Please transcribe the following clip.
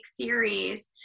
series